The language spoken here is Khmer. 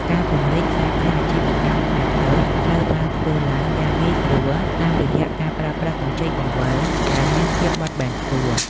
ការពង្រីកសាខាអាជីវកម្មខ្នាតតូចត្រូវបានធ្វើឡើងយ៉ាងងាយស្រួល តាមរយៈការប្រើប្រាស់កម្ចីបង្វិលដែលមានភាពបត់បែនខ្ពស់។